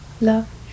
love